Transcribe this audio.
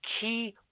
key